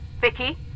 Vicky